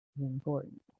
important